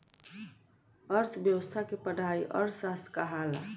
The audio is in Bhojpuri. अर्थ्व्यवस्था के पढ़ाई अर्थशास्त्र कहाला